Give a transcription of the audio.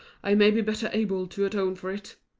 i may be better able to atone for it.